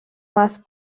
más